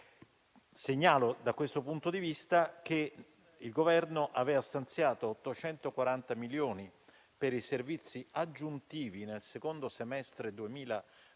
Segnalo, da questo punto di vista, che il Governo aveva stanziato 840 milioni per i servizi aggiuntivi nel secondo semestre del